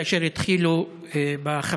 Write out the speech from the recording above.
כאשר התחילו בחפירות,